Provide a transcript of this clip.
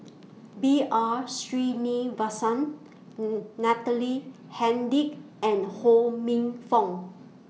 B R Sreenivasan Natalie Hennedige and Ho Minfong